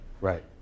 right